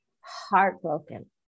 heartbroken